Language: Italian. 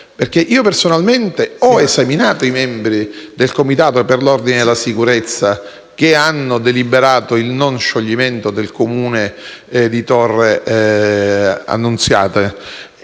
Io ho personalmente esaminato i membri del Comitato per l'ordine e la sicurezza pubblica, che hanno deliberato il non scioglimento del Comune di Torre Annunziata.